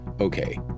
Okay